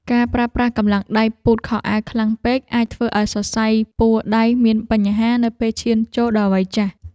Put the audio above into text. ការប្រើប្រាស់កម្លាំងដៃពូតខោអាវខ្លាំងពេកអាចធ្វើឱ្យសរសៃពួរដៃមានបញ្ហានៅពេលឈានចូលដល់វ័យចាស់។